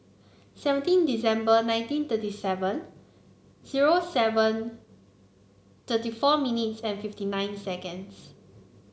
seventeen December nineteen thirty seven zero seven thirty four minutes and fifty nine seconds